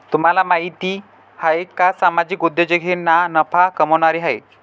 तुम्हाला माहिती आहे का सामाजिक उद्योजक हे ना नफा कमावणारे आहेत